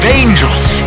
angels